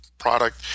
product